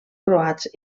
croats